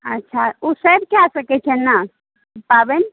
अच्छा ओ सभ कै सकैत छै ने ई पाबनि